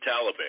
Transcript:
Taliban